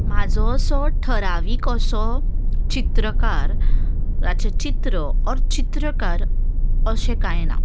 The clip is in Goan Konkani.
म्हजो असो ठरावीक असो चित्रकार राचें चित्र ऑर चित्रकार अशें कांय ना